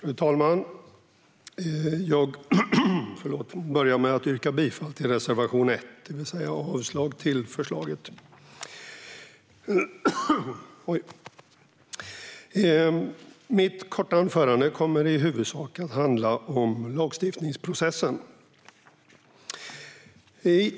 Fru talman! Jag vill börja med att yrka bifall till reservation 1, det vill säga avslag på förslaget. Mitt korta anförande kommer i huvudsak att handla om lagstiftningsprocessen.